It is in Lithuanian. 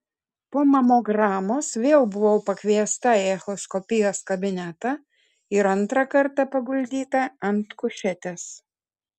po mamogramos vėl buvau pakviesta į echoskopijos kabinetą ir antrą kartą paguldyta ant kušetės